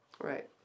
Right